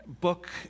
Book